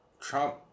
Trump